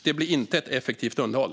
Det blir inte ett effektivt underhåll.